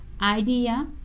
idea